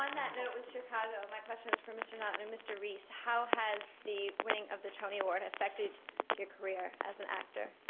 um that note with chicago, my question is for mr. naughton and mr. rees, how has the winning of the tony award affected your career as an actor?